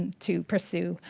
to pursue.